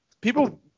people